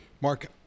Mark